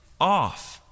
off